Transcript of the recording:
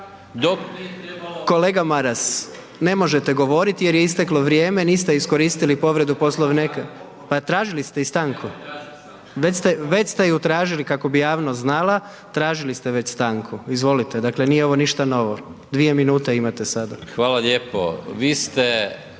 Kolega Maras, ne možete govoriti jer je isteklo vrijeme, niste iskoristili povredu Poslovnika. Pa tražili ste i stanku. Već ste ju tražili kako bi javnost znala, tražili ste već stanku. Izvolite, dakle nije ovo ništa novo. Dvije minute imate sada.